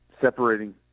separating